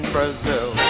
Brazil